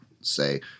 say